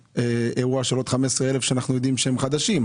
אירוע של עוד 15,000 שאנחנו יודעים שהם חדשים.